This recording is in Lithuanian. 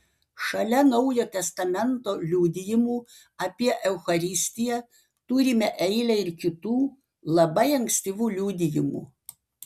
šalia naujo testamento liudijimų apie eucharistiją turime eilę ir kitų labai ankstyvų liudijimų